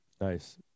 Nice